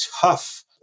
tough